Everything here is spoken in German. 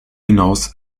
hinaus